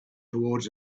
towards